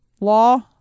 law